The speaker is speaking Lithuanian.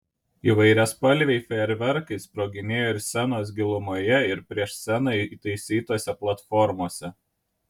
įvairiaspalviai fejerverkai sproginėjo ir scenos gilumoje ir prieš sceną įtaisytose platformose